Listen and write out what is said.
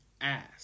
ass